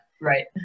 Right